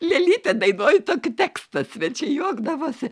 lėlytę dainuoju tokį tekstą svečiai juokdavosi